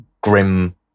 grim